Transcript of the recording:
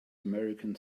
american